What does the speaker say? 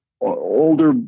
older